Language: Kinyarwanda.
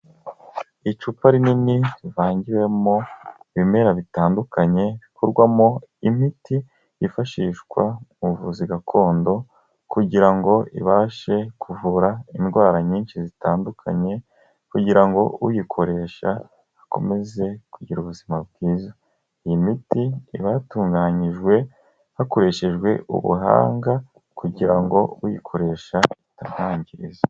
Icupa rinini rivangiwemo ibimera bitandukanye bikorwamo imiti yifashishwa mu buvuzi gakondo kugirango ibashe kuvura indwara nyinshi zitandukanye, kugira ngo uyikoresha akomeze kugira ubuzima bwiza. Iyi miti iba yatunganyijwe hakoreshejwe ubuhanga kugira ngo uyikoresha itamwangiza.